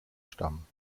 stammen